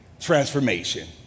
transformation